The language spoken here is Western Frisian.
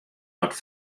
wat